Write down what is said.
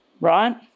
right